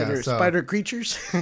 Spider-creatures